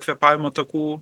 kvėpavimo takų